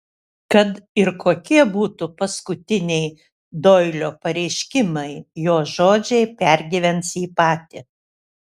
kad ir kokie būtų paskutiniai doilio pareiškimai jo žodžiai pergyvens jį patį